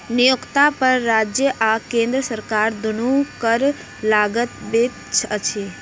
नियोक्ता पर राज्य आ केंद्र सरकार दुनू कर लगबैत अछि